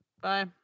Bye